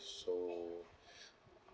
so